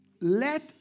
let